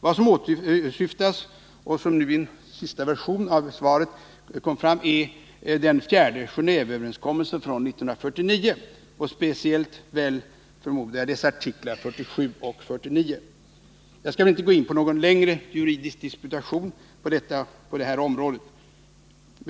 Vad som åsyftas — det framgår av det muntliga svaret — är den fjärde Genéveöverenskommelsen från 1949 och speciellt, förmodar jag, dess artiklar 47 och 49. Jag skall väl inte gå in på någon längre juridisk disputation på detta område.